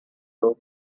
row